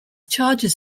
charges